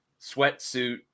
sweatsuit